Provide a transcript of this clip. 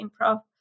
improv